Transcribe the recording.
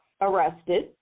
arrested